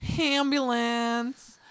Ambulance